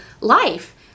life